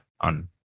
on